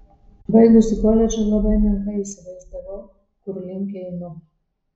baigusi koledžą labai menkai įsivaizdavau kur link einu